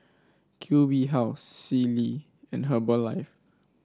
Q B House Sealy and Herbalife